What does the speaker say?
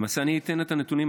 למעשה אני אתן את הנתונים.